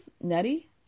nutty